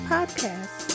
Podcast